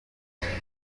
kimwe